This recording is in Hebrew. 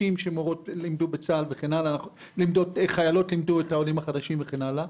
כשמורות חיילות לימדו במעברות וכן הלאה.